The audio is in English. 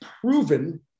proven